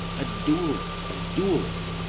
a duellist, a duellist!